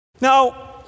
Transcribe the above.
Now